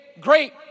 great